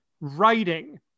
writing